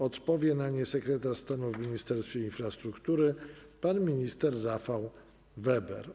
Odpowie na nie sekretarz stanu w Ministerstwie Infrastruktury pan minister Rafał Weber.